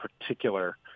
particular